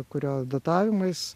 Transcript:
kurio datavimais